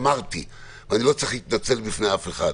אמרתי ואני לא צריך להתנצל בפני אף אחד,